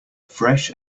fresh